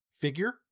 figure